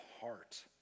heart